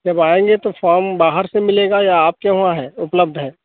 जब आएंगे तो फॉर्म बाहर से मिलेगा या आप के वहाँ है उपलब्ध है